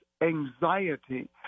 anxiety